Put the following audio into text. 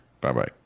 Bye-bye